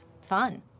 Fun